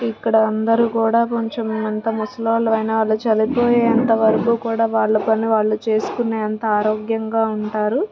ఇక్కడ అందరు కూడా కొంచెం అంత ముసలి వాళ్ళు అయినా వాళ్ళు చనిపోయేంత వరకు కూడ వాళ్ళ పని వాళ్ళు చేసుకునేంత ఆరోగ్యంగా ఉంటారు